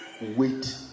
wait